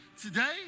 today